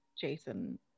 Jason